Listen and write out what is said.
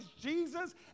Jesus